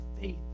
faith